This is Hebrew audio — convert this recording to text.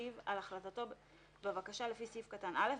ולמשיב על החלטתו בבקשה לפי סעיף קטן (א),